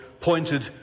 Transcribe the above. pointed